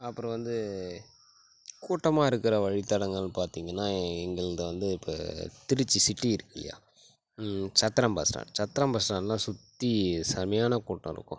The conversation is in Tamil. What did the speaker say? அப்புறம் வந்து கூட்டமாக இருக்கிற வழித்தலங்கள்னு பார்த்திங்கன்னா எங்கள்து வந்து இப்போ திருச்சி சிட்டி இருக்குல்லையா சத்திரம் பஸ்ஸ்டாண்ட் சத்திரம் பஸ் ஸ்டாண்ட்லாம் சுற்றி செமயான கூட்டம் இருக்கும்